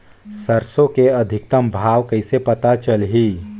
सरसो के अधिकतम भाव कइसे पता चलही?